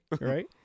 right